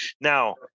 Now